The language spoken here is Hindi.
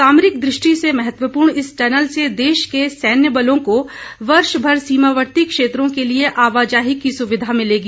सामरिक दृष्टि से महत्वपूर्ण इस टनल से देश के सैन्य बलों को वर्षभर सीमावर्ती क्षेत्रों के लिए आवाजाही की सुविधा मिलेगी